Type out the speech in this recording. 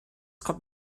kommt